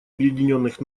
объединенных